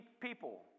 people